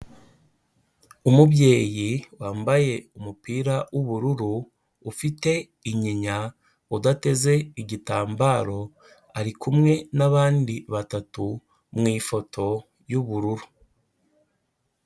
Umubyeyi wambaye umupira w'ubururu, ufite inyinya, udateze igitambaro; ari kumwe n'abandi batatu mu ifoto y'ubururu.